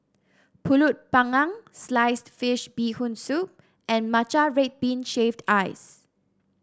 pulut panggang Sliced Fish Bee Hoon Soup and Matcha Red Bean Shaved Ice